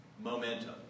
momentum